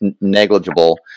negligible